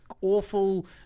awful